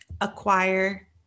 Acquire